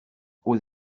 aux